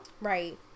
Right